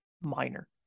minor